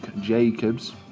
Jacobs